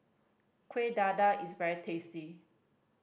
Kueh Dadar is very tasty